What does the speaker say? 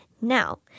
Now